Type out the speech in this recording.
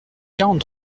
quarante